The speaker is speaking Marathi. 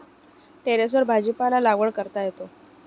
टेरेसवर भाजीपाला लागवड करता येते